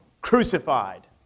Crucified